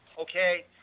Okay